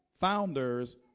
founders